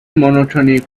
monotony